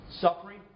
suffering